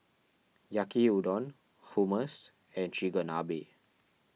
Yaki Udon Hummus and Chigenabe